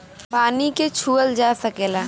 पानी के छूअल जा सकेला